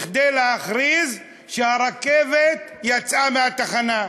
כדי להכריז שהרכבת יצאה מהתחנה.